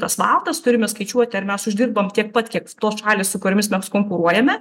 tas valandas turime skaičiuoti ar mes uždirbam tiek pat kiek tos šalys su kuriomis konkuruojame